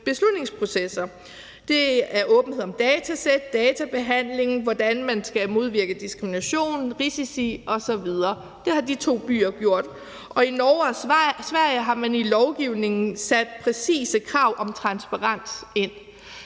beslutningsprocesser. Det er åbenhed om datasæt, databehandling, hvordan man skal modvirke diskrimination, risici osv. – det har de to byer gjort. Og i Norge og Sverige har man i lovgivningen sat præcise krav om transparens ind.